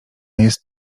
jest